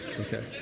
Okay